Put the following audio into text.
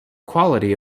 quality